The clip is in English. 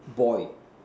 boil